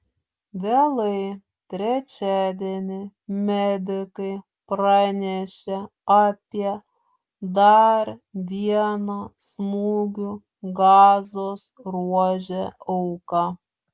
vėlai trečiadienį medikai pranešė apie dar vieną smūgių gazos ruože auką